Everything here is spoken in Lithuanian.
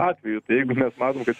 atveju tai jeigu mes matom kad